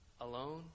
alone